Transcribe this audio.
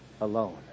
alone